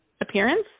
appearance